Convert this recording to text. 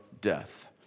death